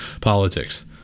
politics